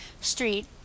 street